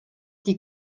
die